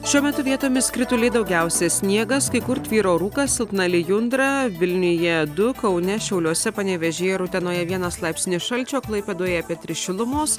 šiuo metu vietomis krituliai daugiausia sniegas kai kur tvyro rūkas silpna lijundra vilniuje du kaune šiauliuose panevėžyje ir utenoje vienas laipsnis šalčio klaipėdoje apie tris šilumos